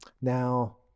Now